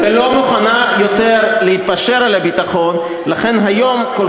ולא מוכנה יותר להתפשר על הביטחון, לא על הביטחון.